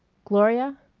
gloria?